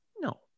no